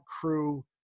crew –